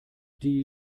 die